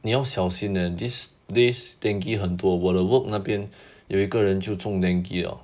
你要小心 leh these days dengue 很多我的 work 那边有一个人就中 dengue liao